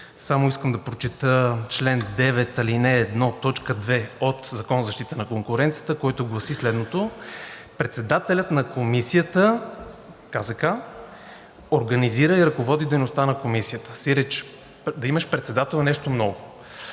Искам само да прочета чл. 9, ал. 1, т. 2 от Закона за защита на конкуренцията, който гласи следното: „Председателят на Комисията – КЗК, организира и ръководи дейността на Комисията...“ Тоест да имаш председател е нещо много.